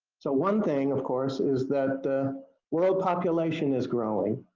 so, one thing of course, is that world population is growing.